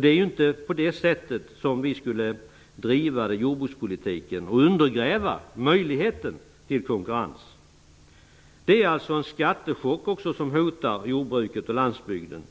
Det var ju inte meningen att vi skulle driva jordbrukspolitiken på ett sätt som undergräver möjligheten till konkurrens. Det är alltså också en skattechock som hotar jordbruket och landsbygden.